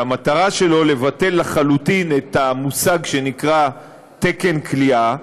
שהמטרה שלו היא לבטל לחלוטין את המושג שנקרא תקן כליאה,